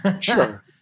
Sure